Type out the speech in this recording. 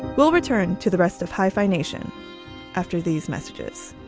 we'll return to the rest of hyphenation after these messages